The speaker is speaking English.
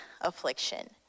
affliction